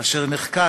אשר נחקק,